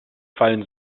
fallen